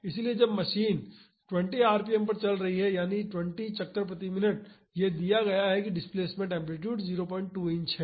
इसलिए जब machine 20 RPM पर चल रही हो यानी 20 चक्कर प्रति मिनट यह दिया गया है कि डिस्प्लेसमेंट एम्पलीटूड 02 इंच है